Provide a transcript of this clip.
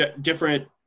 different